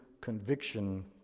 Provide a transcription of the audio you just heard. conviction